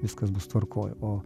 viskas bus tvarkoj o